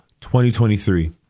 2023